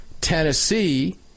Tennessee